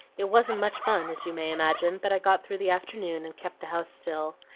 it wasn't much fun, as you may imagine, but i got through the afternoon, and kept the house still,